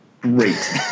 Great